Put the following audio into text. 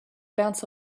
bounce